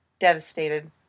devastated